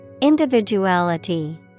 Individuality